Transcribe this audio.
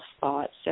thoughts